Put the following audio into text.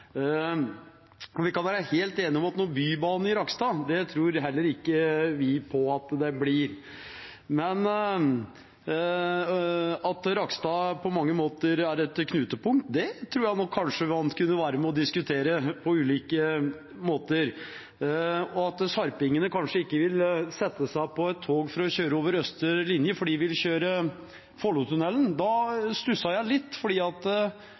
Vi kan være helt enige om at noen bybane i Rakkestad blir det ikke – det tror heller ikke vi på. Men at Rakkestad på mange måter er et knutepunkt, det tror jeg nok kanskje man kunne være med og diskutere på ulike måter. At sarpingene kanskje ikke vil sette seg på et tog for å kjøre over østre linje, fordi de vil kjøre Follotunnelen, stusset jeg litt